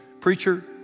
preacher